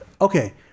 Okay